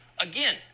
again